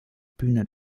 bühne